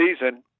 season